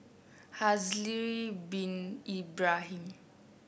Haslir Bin Ibrahim